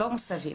לא מוסבים: